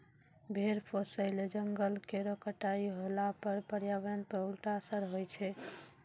भेड़ पोसय ल जंगल केरो कटाई होला पर पर्यावरण पर उल्टा असर होय छै